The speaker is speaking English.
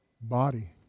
body